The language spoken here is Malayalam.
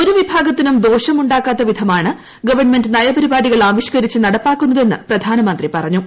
ഒരു വിഭാഗത്തിനും ദോഷമുണ്ടാകാത്ത വിധമാണ് ഗവൺമെന്റ് നയപരിപാടികൾ ആവിഷ്ക്കരിച്ചു നടപ്പാക്കുന്നതെന്ന് പ്രധാനമന്ത്രി പറഞ്ഞു